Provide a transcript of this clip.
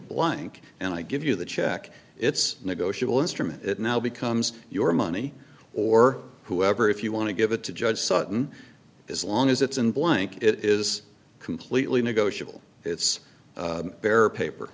blank and i give you the check it's negotiable instrument it now becomes your money or whoever if you want to give it to judge sutton as long as it's in blank it is completely negotiable it's their paper